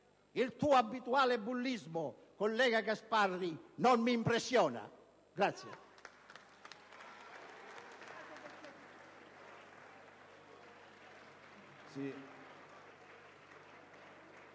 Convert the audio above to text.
Il tuo abituale bullismo, collega Gasparri, non mi impressiona!